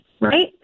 right